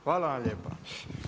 Hvala vam lijepa.